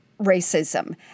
racism